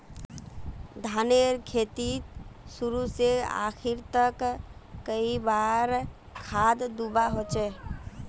धानेर खेतीत शुरू से आखरी तक कई बार खाद दुबा होचए?